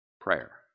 prayer